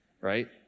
right